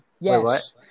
Yes